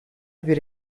bir